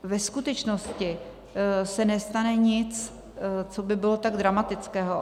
Ve skutečnosti se nestane nic, co by bylo tak dramatického.